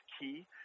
key